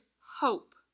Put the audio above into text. hope